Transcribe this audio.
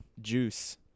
juice